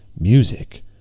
music